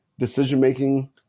decision-making